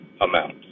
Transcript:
amount